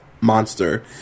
monster